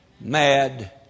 mad